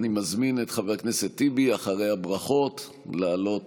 אני מזמין את חבר הכנסת טיבי, אחרי הברכות, לעלות